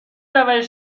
روش